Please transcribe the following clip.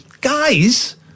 guys